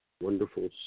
wonderful